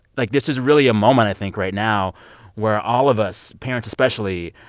like, this is really a moment, i think, right now where all of us, parents especially,